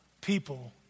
people